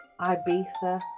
Ibiza